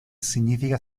significa